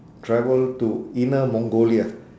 travel to inner mongolia